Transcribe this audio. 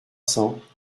cents